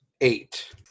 Eight